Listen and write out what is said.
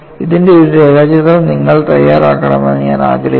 ഇതിന്റെ ഒരു രേഖാചിത്രം നിങ്ങൾ തയ്യാറാക്കണമെന്ന് ഞാൻ ആഗ്രഹിക്കുന്നു